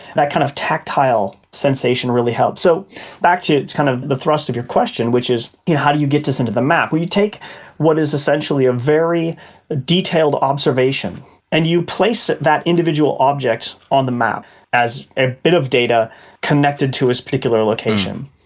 that kind of tactile sensation really helps. so back to kind of the thrust of your question which is how you get this into the map. well, you take what is essentially a very detailed observation and you place that that individual object on the map as a bit of data connected to its particular location.